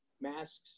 masks